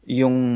yung